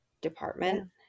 department